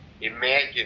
Imagine